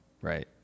right